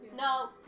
no